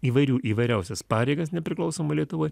įvairių įvairiausias pareigas nepriklausomoj lietuvoj